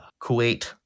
kuwait